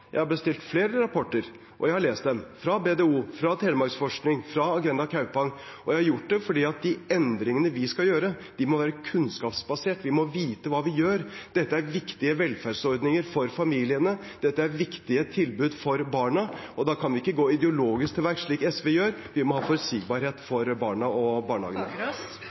flere rapporter, og jeg har lest dem – fra BDO, fra Telemarksforskning og fra Agenda Kaupang. Jeg har gjort det fordi de endringene vi skal gjøre, må være kunnskapsbasert, vi må vite hva vi gjør. Dette er viktige velferdsordninger for familiene, dette er viktige tilbud for barna, og da kan vi ikke gå ideologisk til verks, slik SV gjør. Vi må ha forutsigbarhet for barna og